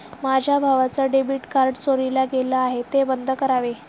माझ्या भावाचं debit card चोरीला गेलं आहे, ते बंद करावे